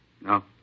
No